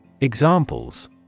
Examples